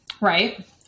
Right